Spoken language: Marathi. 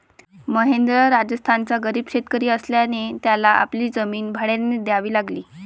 महेंद्र राजस्थानचा गरीब शेतकरी असल्याने त्याला आपली जमीन भाड्याने द्यावी लागली